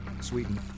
Sweden